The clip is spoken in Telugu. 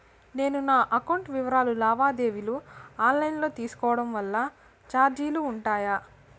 నేను నా అకౌంట్ వివరాలు లావాదేవీలు ఆన్ లైను లో తీసుకోవడం వల్ల చార్జీలు ఉంటాయా?